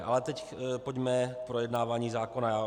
Ale teď pojďme k projednávání zákona.